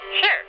Sure